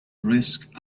risk